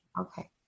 okay